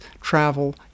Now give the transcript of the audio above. travel